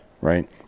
Right